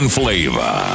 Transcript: flavor